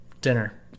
dinner